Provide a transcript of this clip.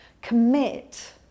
commit